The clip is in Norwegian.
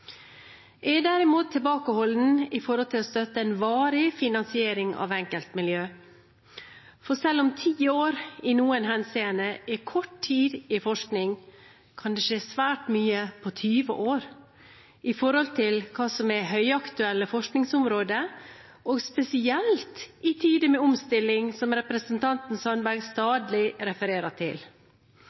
Jeg er derimot tilbakeholden når det gjelder å støtte en varig finansiering av enkeltmiljøer. For selv om ti år i noen henseender er kort tid i forskning, kan det skje svært mye på 20 år med tanke på hva som er høyaktuelle forskningsområder – og spesielt i tider med omstilling, som representanten Sandberg stadig refererer til.